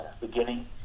beginning